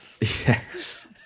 Yes